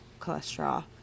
cholesterol